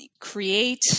create